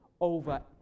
over